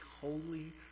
holy